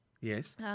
Yes